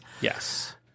Yes